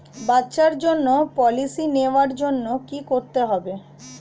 বাচ্চার জন্য পলিসি নেওয়ার জন্য কি করতে হবে?